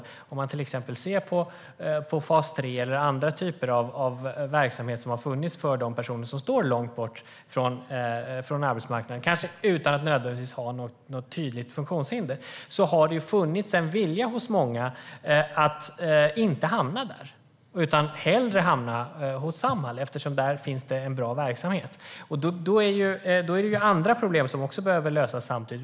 Vad gäller till exempel fas 3 och andra verksamheter för personer som står långt från arbetsmarknaden, kanske utan att nödvändigtvis ha något tydligt funktionshinder, har det funnits en vilja hos många att inte hamna där utan hellre hamna hos Samhall eftersom det där finns en bra verksamhet. Då är det andra problem som också behöver lösas samtidigt.